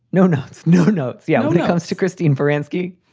no notes. no notes. yeah. when it comes to christine baranski,